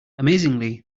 amazingly